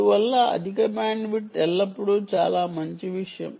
అందువల్ల అధిక బ్యాండ్విడ్త్ ఎల్లప్పుడూ చాలా మంచి విషయం